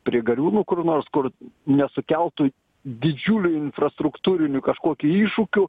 prie gariūnų kur nors kur nesukeltų didžiulių infrastruktūrinių kažkokių iššūkių